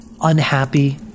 unhappy